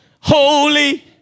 holy